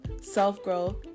self-growth